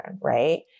right